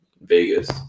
Vegas